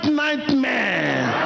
nightmare